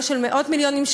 לא של מאות מיליונים,